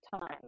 time